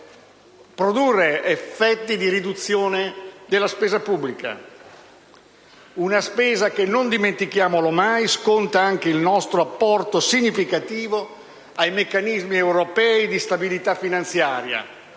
produrre effetti di riduzione della spesa pubblica. Una spesa che, non dimentichiamolo mai, sconta anche il nostro apporto significativo ai meccanismi europei di stabilità finanziaria.